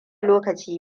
lokaci